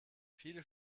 viele